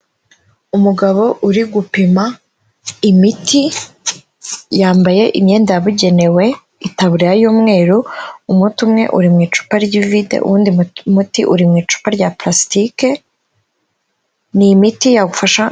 Umugabo uri gupima imiti, yambaye imyenda yabugenewe; itaburiya y'umweru, umutI umwe uri mu icupa ry'ivide, uwundi muti uri mu icupa rya purasitike. Ni imiti yagufasha.